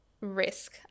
risk